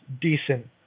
decent